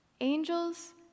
Angels